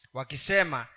Wakisema